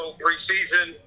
preseason